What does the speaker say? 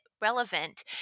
relevant